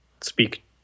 speak